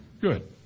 Good